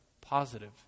positive